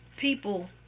People